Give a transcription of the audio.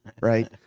right